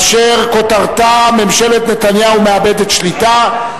אשר כותרתה: ממשלת נתניהו מאבדת שליטה,